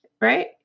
Right